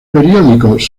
periódicos